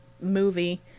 movie